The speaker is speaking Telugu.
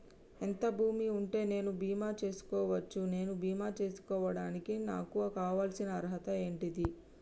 ఎంత భూమి ఉంటే నేను బీమా చేసుకోవచ్చు? నేను బీమా చేసుకోవడానికి నాకు కావాల్సిన అర్హత ఏంటిది?